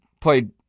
played